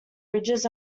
ridges